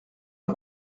pas